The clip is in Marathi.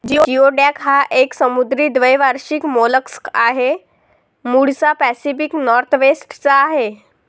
जिओडॅक हा एक समुद्री द्वैवार्षिक मोलस्क आहे, मूळचा पॅसिफिक नॉर्थवेस्ट चा आहे